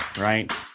right